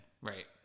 Right